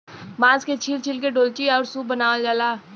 बांस के छील छील के डोल्ची आउर सूप बनावल जाला